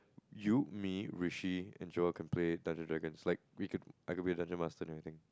you me Regine and Joel can play Dungeon Dragons like we could I could be the dungeon master and everything